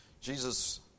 Jesus